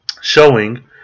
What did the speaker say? showing